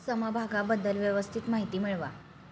समभागाबद्दल व्यवस्थित माहिती मिळवा